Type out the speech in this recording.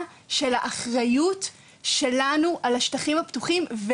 של האחריות שלנו על השטחים הפתוחים,